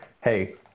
Hey